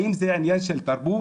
האם ה עניין של תרבות?